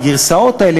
הגרסאות האלה,